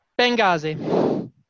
Benghazi